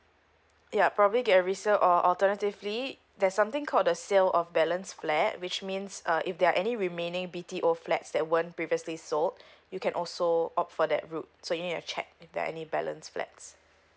ya probably get a resale or alternatively there's something called the sale of balance flat which means uh if there are any remaining B_T_O flats that weren't previously sold you can also opt for that route so you need to check if there any balance flats